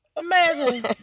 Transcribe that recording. Imagine